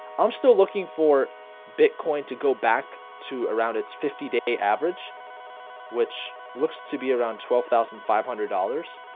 i'm still looking for bitcoin to go back to around its fifty day average which looks to be around? twelve thousand five hundred dollars